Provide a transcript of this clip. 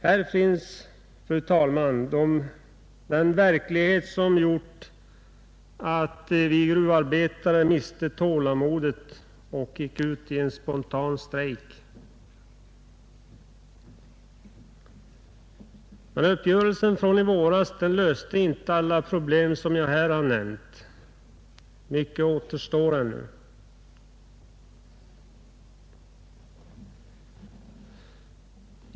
Här finns, fru talman, den verklighet som gjorde att vi gruvarbetare miste tålamodet och gick ut i en spontan strejk. Men uppgörelsen i våras löste inte alla problem som jag här har nämnt. Mycket återstår ännu.